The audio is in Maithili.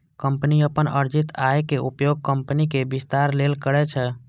कंपनी अपन अर्जित आयक उपयोग कंपनीक विस्तार लेल करै छै